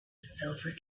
silver